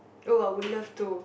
oh I would love to